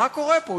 מה קורה פה?